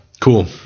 Cool